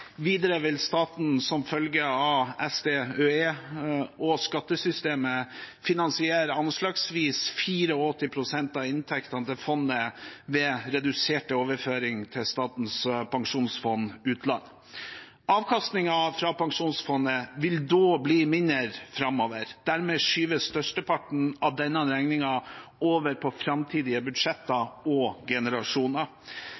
Videre vil staten, som følge av SDØE og skattesystemet, finansiere anslagsvis 84 pst. av inntektene til fondet ved redusert overføring til Statens pensjonsfond utland. Avkastningen fra pensjonsfondet vil da bli mindre framover. Dermed skyves størsteparten av denne regningen over på framtidige